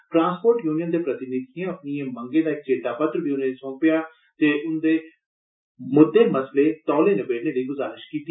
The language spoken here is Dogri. ट्रांस्पोर्ट यूनियन दे प्रतिनिधिएं अपनियें मंगें दा इक चेता पत्र बी उनेंगी सौंपेआ ते उन्दे मुद्दे मसलें दे तौले नबेड़े लेई गुजारिश कीती